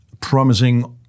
promising